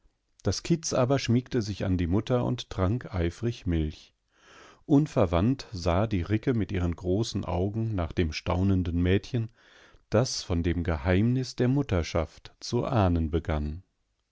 das kitz aber schmiegte sich an die mutter und trank eifrig milch unverwandt sah die ricke mit ihren großen augen nach dem staunenden mädchen das von dem geheimnis der mutterschaft zu ahnen begann